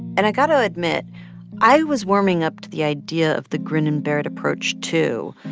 and i've got to admit i was warming up to the idea of the grin-and-bear-it approach, too,